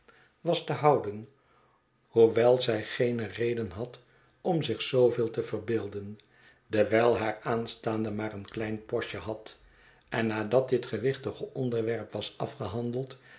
boz te houden hoewel zij geene reden had om zich zooveel te verbeelden dewijl haar aanstaande maar een klein postje had en nadat dit gewichtige onderwerp was afgehandeld